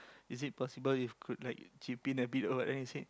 is it possible if could like chip in a bit or anything